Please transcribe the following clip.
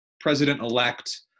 president-elect